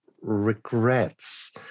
regrets